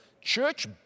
Church